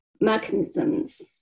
mechanisms